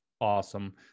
awesome